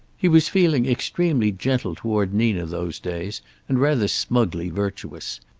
he was feeling extremely gentle toward nina those days and rather smugly virtuous.